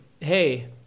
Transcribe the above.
Hey